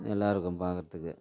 நல்லா இருக்கும் பார்க்கறத்துக்கு